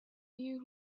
you